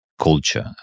culture